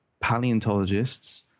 paleontologists